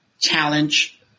challenge